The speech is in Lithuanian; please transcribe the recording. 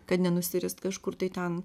kad nenusirist kažkur tai ten